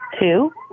two